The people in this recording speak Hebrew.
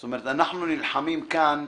זאת אומרת, אנחנו נלחמים כאן.